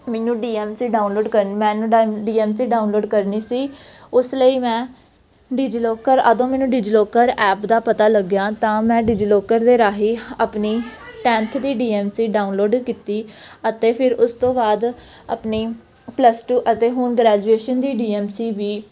ਮੈਨੂੰ D M C download ਕਰਨ ਮੈਨੂੰ ਡਾਈ ਡੀ ਐਮ ਸੀ ਡਾਊਨਲੋਡ ਕਰਨੀ ਸੀ ਉਸ ਲਈ ਮੈਂ ਡੀਜੀਲੋਕਰ ਉਦੋਂ ਮੈਨੂੰ ਡਿਜੀਲਕਰ ਐਪ ਦਾ ਪਤਾ ਲੱਗਿਆ ਤਾਂ ਮੈਂ ਡਿਜੀਲੋਕਰ ਦੇ ਰਾਹੀਂ ਆਪਣੀ ਟੈਂਨਥ ਦੀ ਡੀ ਐਮ ਸੀ ਡਾਊਨਲੋਡ ਕੀਤੀ ਅਤੇ ਫਿਰ ਉਸ ਤੋਂ ਬਾਅਦ ਆਪਣੀ ਪਲੱਸ ਅਤੇ ਹੁਣ ਗ੍ਰੈਜੂਏਸ਼ਨ ਦੀ ਡੀ ਐਮ ਸੀ ਵੀ